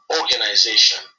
organization